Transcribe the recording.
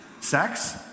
Sex